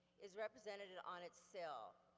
is represented on its seal,